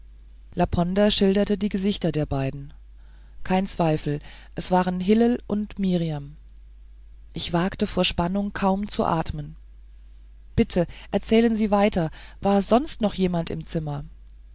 schilderte die gesichter der beiden kein zweifel es waren hillel und mirjam ich wagte vor spannung kaum zu atmen bitte erzählen sie weiter war sonst noch jemand im zimmer